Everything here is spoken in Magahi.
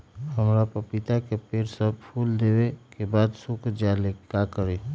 हमरा पतिता के पेड़ सब फुल देबे के बाद सुख जाले का करी?